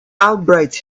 albright